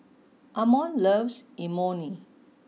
Ammon loves Imoni